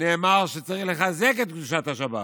נאמר שצריך לחזק את קדושת השבת,